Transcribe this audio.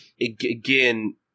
again